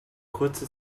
kurze